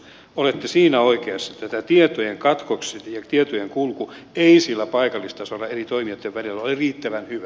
olette siinä oikeassa että tietojen katkokset ja tietojen kulku ei paikallistasolla eri toimijoitten välillä ole riittävän hyvä